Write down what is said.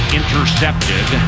intercepted